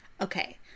Okay